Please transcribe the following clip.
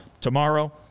Tomorrow